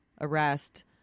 arrest